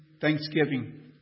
Thanksgiving